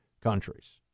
countries